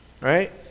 Right